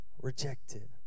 Rejected